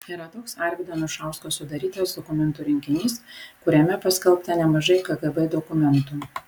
yra toks arvydo anušausko sudarytas dokumentų rinkinys kuriame paskelbta nemažai kgb dokumentų